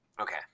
Okay